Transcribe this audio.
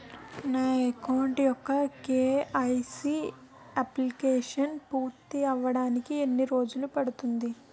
నా అకౌంట్ యెక్క KYC updation పూర్తి అవ్వడానికి ఎన్ని రోజులు పడుతుంది?